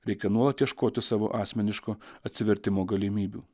reikia nuolat ieškoti savo asmeniško atsivertimo galimybių